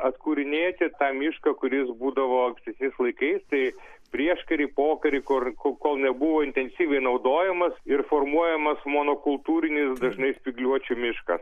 atkūrinėti tą mišką kuris būdavo tais laikais tai prieškary pokary kur kol nebuvo intensyviai naudojamas ir formuojamas monokultūrinis dažnai spygliuočių miškas